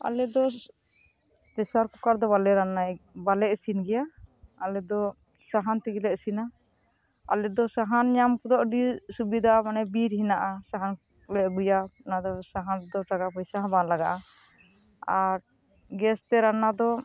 ᱟᱞᱮᱫᱚ pressure cooker ᱨᱮᱫᱚ ᱵᱟᱞᱮ ᱨᱟᱱᱱᱟᱭ ᱜᱮᱭᱟ ᱵᱟᱞᱮ ᱤᱥᱤᱱ ᱜᱮᱭᱟ ᱟᱞᱮᱫᱚ ᱥᱟᱦᱟᱱ ᱛᱮᱜᱮᱞᱮ ᱤᱥᱤᱱᱟ ᱟᱞᱮᱫᱚ ᱥᱟᱦᱟᱱ ᱧᱟᱢ ᱫᱚ ᱟᱹᱰᱤ ᱥᱩᱵᱤᱫᱷᱟ ᱟᱠᱟᱱᱟ ᱵᱤᱨ ᱦᱮᱱᱟᱜᱼᱟ ᱥᱟᱦᱟᱱ ᱠᱚᱞᱮ ᱟᱹᱜᱩᱭᱟ ᱚᱱᱟᱛᱮ ᱟᱫᱚ ᱥᱟᱦᱟᱱ ᱨᱮᱫᱚ ᱴᱟᱠᱟ ᱯᱚᱭᱥᱟ ᱦᱚᱸ ᱵᱟᱝ ᱞᱟᱜᱟᱜᱼᱟ ᱟᱨ ᱜᱮᱥᱛᱮ ᱨᱟᱱᱱᱟ ᱫᱚ